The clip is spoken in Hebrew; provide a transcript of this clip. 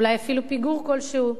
אולי אפילו פיגור כלשהו,